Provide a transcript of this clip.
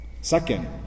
Second